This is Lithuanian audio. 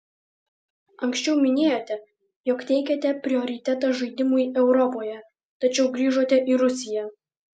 anksčiau minėjote jog teikiate prioritetą žaidimui europoje tačiau grįžote į rusiją